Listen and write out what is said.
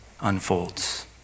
unfolds